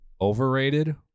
overrated